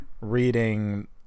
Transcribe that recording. reading